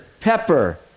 Pepper